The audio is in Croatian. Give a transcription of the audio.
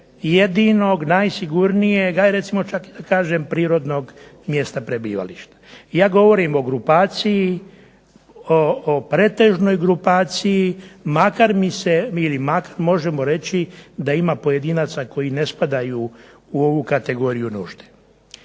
jedinog najsigurnijeg, recimo čak i da kažem prirodnog mjesta prebivališta. Ja govorim o grupaciji, o pretežnoj grupaciji makar možemo reći da ima pojedinaca koji ne spadaju u ovu kategoriju nužde.